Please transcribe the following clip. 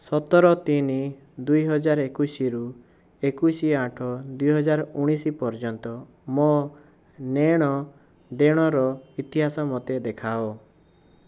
ସତର ତିନି ଦୁଇ ହଜାର ଏକୋଇଶିରୁ ଏକୋଇଶି ଆଠ ଦୁଇ ହଜାର ଉଣେଇଶି ପର୍ଯ୍ୟନ୍ତ ମୋ ନେଣ ଦେଣର ଇତିହାସ ମୋତେ ଦେଖାଅ